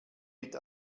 mit